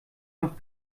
noch